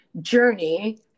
journey